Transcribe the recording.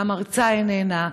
והמרצה איננה,